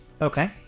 Okay